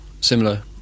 similar